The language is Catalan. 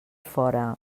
fora